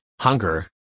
hunger